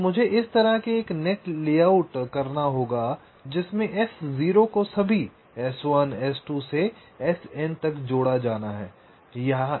तो मुझे इस तरह से एक नेट लेआउट करना होगा जिसमे S0 को सभी S1 S2 से Sn तक जोड़ा जाना है